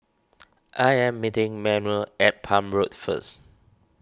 I am meeting Manuel at Palm Road first